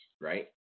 right